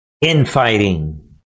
Infighting